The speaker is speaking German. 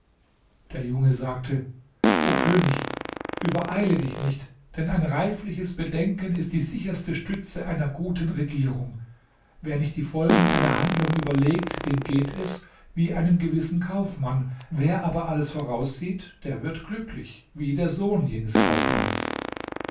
der junge sagte o könig übereile dich nicht denn ein reifliches bedenken ist die sicherste stütze einer guten regierung wer nicht die folgen einer handlung überlegt dem geht es wie einem gewissen kaufmann wer aber alles voraussieht der wird glücklich wie der sohn jenes kaufmanns